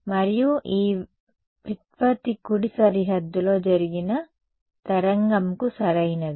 మరియు ఈ వ్యుత్పత్తి కుడి సరిహద్దులో జరిగిన తరంగంకు సరైనది